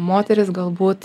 moteris galbūt